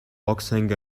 boxing